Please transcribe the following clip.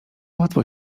łatwo